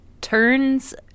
turns